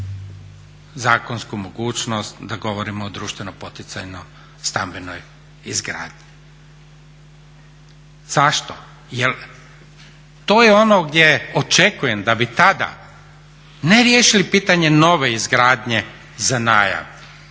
zakonsku mogućnost da govorimo o društveno poticajnoj stambenoj izgradnji. Zašto? Jel to je ono gdje očekujem da bi tada ne riješili pitanje nove izgradnje za najam,